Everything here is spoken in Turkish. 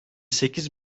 sekiz